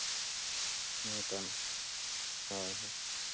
ᱦᱩᱸ ᱛᱚ ᱦᱳᱭ